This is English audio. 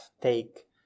take